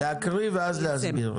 להקריא ואז להסביר.